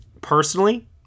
personally